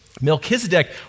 Melchizedek